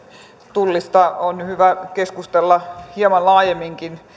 tullista on hyvä keskustella hieman laajemminkin